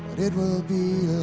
it will be